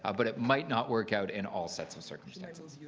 ah but it might not work out in all sets of circumstances.